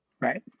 Right